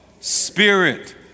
Spirit